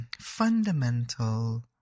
fundamental